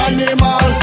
Animal